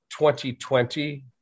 2020